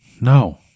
No